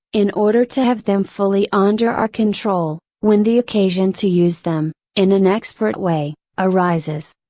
in order to have them fully under our control, when the occasion to use them, in an expert way, arises.